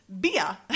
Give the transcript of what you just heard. BIA